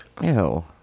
Ew